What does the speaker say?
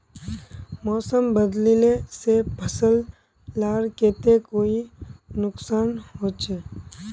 मौसम बदलिले से फसल लार केते कोई नुकसान होचए?